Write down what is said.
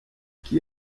qui